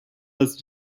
las